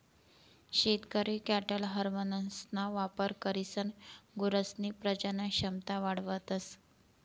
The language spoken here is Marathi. शेतकरी कॅटल हार्मोन्सना वापर करीसन गुरसनी प्रजनन क्षमता वाढावतस